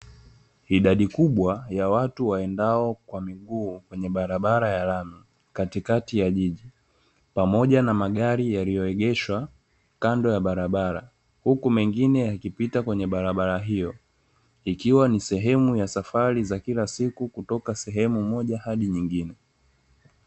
Idadi kubwa ya watu waendao kwa miguu kwenye barabara ya lami katikati ya jiji, pamoja na magari yaliyoegeshwa kando ya barabara, huku mengine yakipita kwenye barabara hio. Ikiwa ni sehemu ya safari za kila siku kutoka sehemu moja hadi nyingine.